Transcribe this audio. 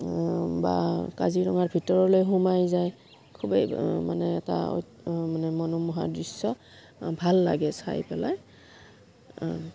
বা কাজিৰঙাৰ ভিতৰলৈ সোমাই যায় খুবেই মানে এটা মানে মনোমোহা দৃশ্য ভাল লাগে চাই পেলাই